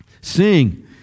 Sing